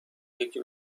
یکی